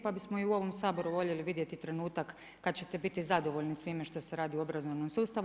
Pa bismo i u ovom Saboru voljeli vidjeti trenutak svime što se radi u obrazovnom sustavu.